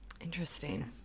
Interesting